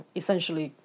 essentially